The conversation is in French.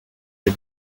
est